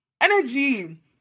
energy